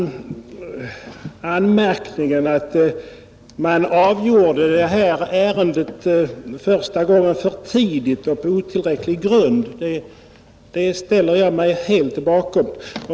Anmärkningen att regeringen avgjorde det här ärendet första gången för tidigt och på otillräcklig grund ställer jag mig helt bakom.